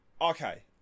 okay